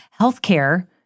healthcare